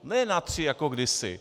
Ne na tři jako kdysi.